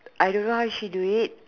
I don't know how she do it